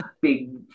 big